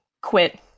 quit